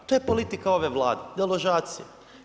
To je politika ove Vlade, deložacija.